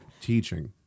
teaching